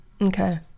Okay